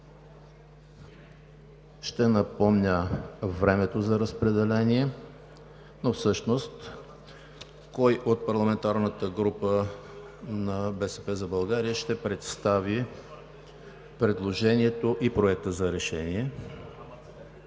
Ще напомня времето за разпределение, но всъщност кой от парламентарната група на „БСП за България“ ще представи предложението и Проекта за решение?